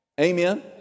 amen